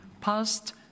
past